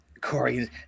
Corey